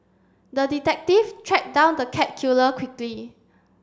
the detective tracked down the cat killer quickly